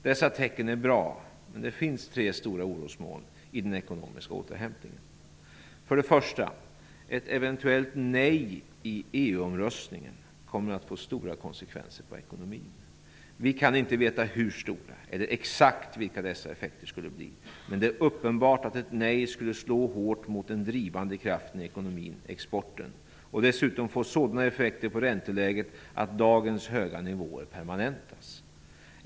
Dessa tecken är bra, men det finns tre stora orosmoln i den ekonomiska återhämtningen. För det första: Ett eventuellt nej i EU omröstningen kommer att få stora konsekvenser på ekonomin. Vi kan inte veta hur stora eller exakt vilka dessa effekter skulle bli, men det är uppenbart att ett nej skulle slå hårt mot den drivande kraften i ekonomin - exporten - och dessutom få sådana effekter på ränteläget att dagens höga nivåer permanentas.